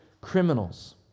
criminals